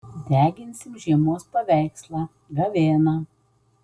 deginsim žiemos paveikslą gavėną